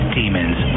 demons